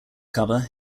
cover